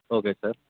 okay sir